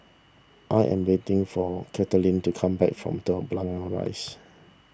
I am waiting for Caitlin to come back from Telok Blangah Rise